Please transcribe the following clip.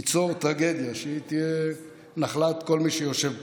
ייצור טרגדיה שהיא תהיה נחלת כל מי שיושב פה.